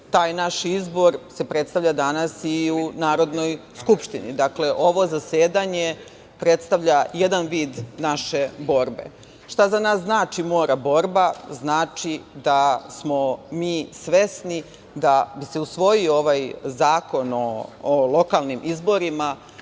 taj naš izbor se predstavlja danas i Narodnoj skupštini. Dakle, ovo zasedanje predstavlja jedan vid naše borbe. Šta za nas znači mora borba? Znači da smo mi svesni da bi se usvojio ovaj Zakon o lokalnim izborima,